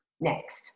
Next